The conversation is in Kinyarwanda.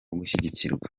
gushyigikirwa